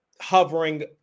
hovering